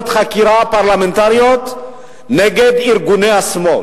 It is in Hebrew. חקירה פרלמנטריות נגד ארגוני השמאל.